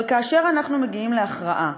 אבל כאשר אנחנו מגיעים להכרעה,